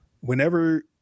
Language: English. whenever